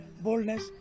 boldness